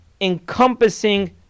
encompassing